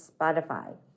Spotify